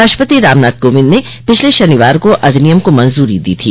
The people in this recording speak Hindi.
राष्ट्रपति रामनाथ कोविंद ने पिछले शनिवार को अधिनियम को मंज्री दी थी